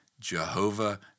Jehovah